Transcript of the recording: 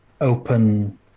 open